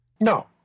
No